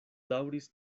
daŭris